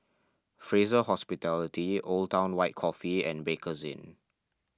Fraser Hospitality Old Town White Coffee and Bakerzin